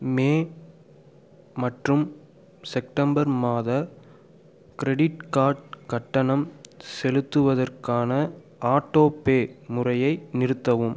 மே மற்றும் செப்டம்பர் மாத credit card கட்டணம் செலுத்துவதற்கான ஆட்டோ பே முறையை நிறுத்தவும்